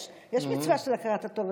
יש מצווה של הכרת הטוב.